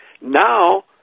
Now